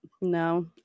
no